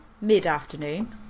mid-afternoon